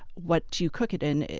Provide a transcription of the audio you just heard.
what do you cook it in?